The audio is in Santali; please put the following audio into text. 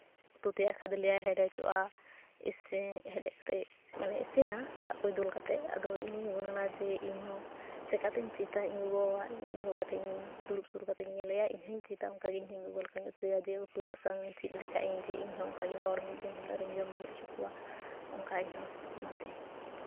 ᱩᱛᱩ ᱛᱮᱭᱟᱜ ᱠᱷᱟᱫᱽᱞᱮᱭᱟᱭ ᱦᱮᱰᱮᱡᱚᱜᱼᱟ ᱦᱮᱰᱮᱡ ᱠᱟᱛᱮᱜ ᱢᱟᱱᱮ ᱤᱥᱤᱱᱚᱜᱼᱟ ᱫᱟᱜ ᱠᱚᱭ ᱫᱩᱞ ᱠᱛᱮᱫ ᱟᱫᱚ ᱤᱧ ᱦᱚᱸᱧ ᱜᱩᱱᱟᱹᱱᱟ ᱡᱮ ᱤᱧᱦᱚᱸ ᱪᱤᱠᱟᱛᱤᱧ ᱪᱮᱫᱟ ᱤᱧ ᱜᱚᱜᱚᱣᱟᱜ ᱤᱧ ᱜᱚᱜᱚ ᱴᱷᱮᱡ ᱤᱧ ᱫᱩᱲᱩᱵ ᱥᱩᱨ ᱠᱟᱛᱮᱜ ᱤᱧ ᱧᱮᱞᱮᱭᱟ ᱤᱧ ᱦᱚᱸᱧ ᱪᱮᱫᱟ ᱚᱱᱠᱟᱜᱮ ᱤᱧ ᱜᱚᱜᱚ ᱞᱮᱠᱟᱧ ᱩᱛᱩᱭᱟ ᱡᱮ ᱩᱛᱩ ᱵᱟᱥᱟᱝ ᱤᱧ ᱪᱮᱫ ᱞᱮᱠᱷᱟᱡ ᱤᱧ ᱡᱮ ᱤᱧ ᱦᱚᱸ ᱚᱱᱠᱟᱜᱮ ᱦᱚᱲ ᱢᱤᱫ ᱫᱤᱱ ᱦᱤᱞᱳᱜ ᱨᱤᱧ ᱡᱚᱢᱧᱩ ᱦᱚᱪᱚ ᱠᱚᱣᱟ ᱚᱱᱠᱟ ᱤᱧᱦᱚᱸ ᱚᱱᱟᱛᱮ